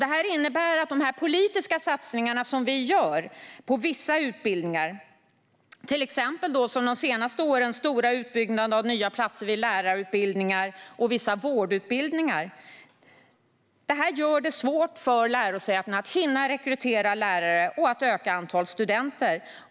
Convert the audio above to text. Det innebär att de politiska satsningar vi gör på vissa utbildningar, till exempel de senaste årens stora utbyggnad av nya platser vid lärarutbildningar och vissa vårdutbildningar, gör det svårt för lärosätena att hinna rekrytera lärare och öka antalet studenter.